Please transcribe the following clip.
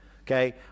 Okay